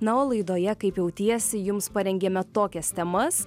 na o laidoje kaip jautiesi jums parengėme tokias temas